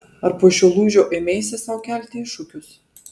ar po šio lūžio ėmeisi sau kelti iššūkius